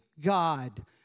God